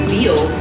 feel